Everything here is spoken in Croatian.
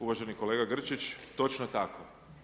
Uvaženi kolega Grčić, točno tako.